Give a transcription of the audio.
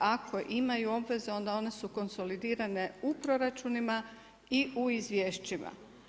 Ako imaju obveze onda one su konsolidirane u proračunima i u izvješćima.